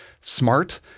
smart